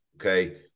Okay